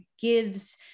gives